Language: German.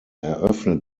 eröffnet